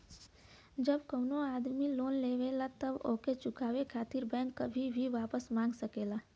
जब कउनो आदमी लोन लेवला तब ओके चुकाये खातिर बैंक कभी भी वापस मांग सकला